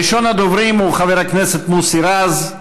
ראשון הדוברים הוא חבר הכנסת מוסי רז.